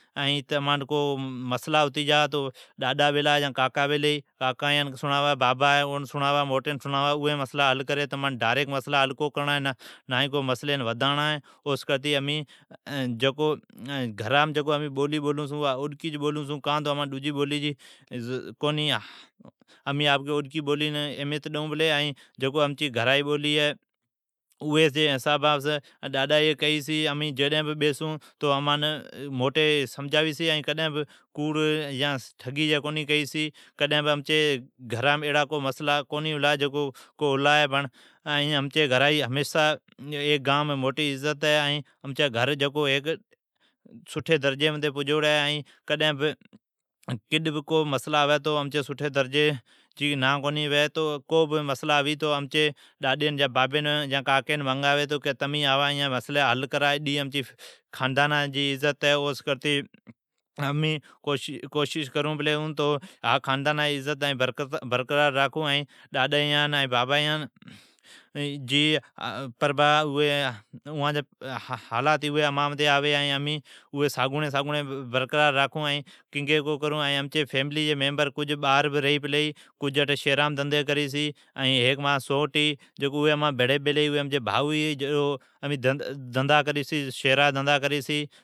ائین تمانٹھ کو مسلا ھتی جا تو تمین ڈاڈا بیلا ہے اون سڑاوا ئین کاکا بیلا ہے یا بابا اوان سڑاوان اوی تمچا مسلا حل کریلی کرا۔ نا تمان مسلین وڈھاڑان ہے۔ امین گھرام اوڈکی بولون چھون کان تو ھا امچی گھرا جی بولی ہے۔ ڈاڈی امان کیلی تو موٹی امان سمجھاوی چھی ائین کڈھن کوڑ ائین ٹگی جی کونی کیئی چھی، ائی ایڑا مسلا کڈھن کونی ھلا ہے۔ ای گانم امچی خانداناجی موٹی عزت ہے۔ امچی گھر ھیک سٹھی درجیم پجوڑی ہے۔ جد بھی کو مسلا ھوی جان امچی ڈاڈین یا بابین منگاوی چھی تہ تمین آوا ائین مسلا حل کرا۔ امین کوشش کرون تو خندانا جی عزت برقرار راکھون ائین ڈاڈان بابان جی حالات ھی اوی امین برقرار راکھون، کنگی کونی کرون۔ ائین امچی فیملی جی کجھ میمبر باھر بھی ریئی پلی ائین کجھ امچی سوٹ ھی، امچی بھائو ھی جکو امان بھڑی ریئی پلی ائین شھرام دھندھا کری چھی۔